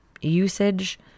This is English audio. usage